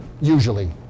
usually